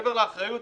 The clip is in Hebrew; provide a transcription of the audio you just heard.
מעבר לאחריות